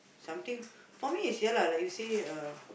something for me is ya lah like you say uh